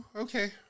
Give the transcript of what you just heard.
Okay